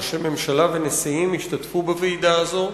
ראשי ממשלה ונשיאים ישתתפו בוועידה הזו.